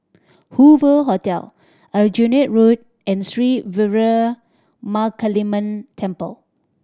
Hoover Hotel Aljunied Road and Sri Veeramakaliamman Temple